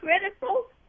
critical